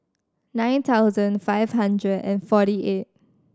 nine thousand five hundred and forty eight